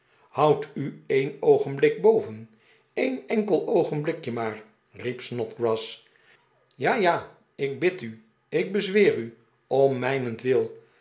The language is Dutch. houd u een oogenblik boven een enkel oogenblikje maar riep snodgrass ja ja ik bid u ik bezweer u om mijnentwil